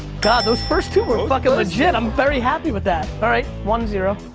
god, those first two were fucking legit, i'm very happy with that. all right, one, zero.